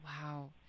Wow